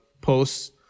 posts